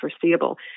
foreseeable